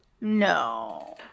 No